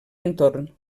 entorn